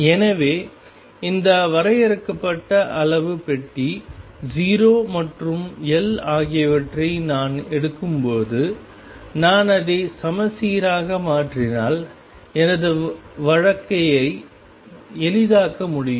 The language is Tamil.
எனவே இந்த வரையறுக்கப்பட்ட அளவு பெட்டி 0 மற்றும் L ஆகியவற்றை நான் எடுக்கும்போது நான் அதை சமச்சீராக மாற்றினால் எனது வாழ்க்கையை எளிதாக்க முடியும்